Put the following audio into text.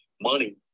money